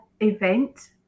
event